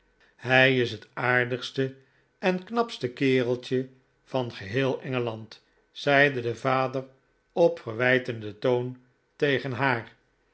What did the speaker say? hij is het aardigste en knapste kereltje van geheel engeland zeide de vader op verwijtenden toon tegen haar